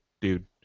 dude